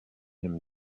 him